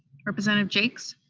representative jaques?